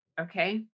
Okay